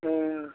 हूँ